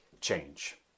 change